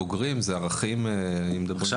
עכשיו,